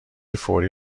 فوری